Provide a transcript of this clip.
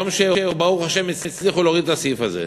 יום שברוך השם הצליחו להוריד את הסעיף הזה.